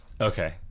Okay